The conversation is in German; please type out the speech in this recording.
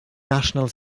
national